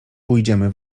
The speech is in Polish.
pójdziemy